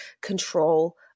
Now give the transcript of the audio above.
control